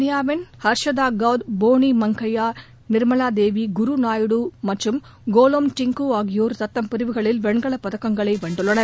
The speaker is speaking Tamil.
இந்தியாவின் ஹர்ஷதா கவுடு போனி மாங்கியா நிர்மலா தேவி குரு நாயுடு மற்றும் கோலம் டிங்கு ஆகியோர் தத்தம் பிரிவுகளில் வெண்கல பிரிவுகளில் வென்றுள்ளனர்